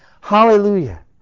Hallelujah